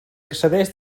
accedeix